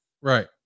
right